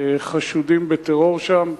חשודים בטרור שם.